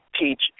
teach